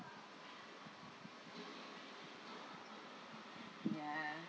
ya